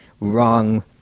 wrong